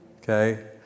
Okay